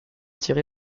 tirée